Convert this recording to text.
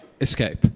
escape